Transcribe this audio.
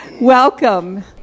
Welcome